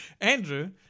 Andrew